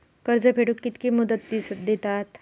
कर्ज फेडूक कित्की मुदत दितात?